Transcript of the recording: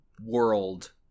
world